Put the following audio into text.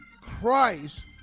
Christ